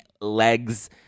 legs